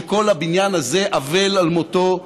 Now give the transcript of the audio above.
שכל הבניין הזה אבל על מותו,